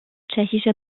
tschechische